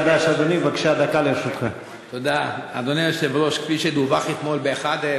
16:00 תוכן העניינים מסמכים שהונחו על שולחן הכנסת 4 מזכירת הכנסת ירדנה